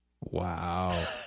Wow